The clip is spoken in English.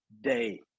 day